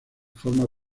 forma